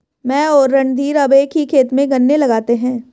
मैं और रणधीर अब एक ही खेत में गन्ने लगाते हैं